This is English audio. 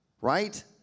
Right